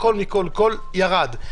הכול מכול כול ירד.